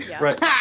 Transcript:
Right